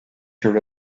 your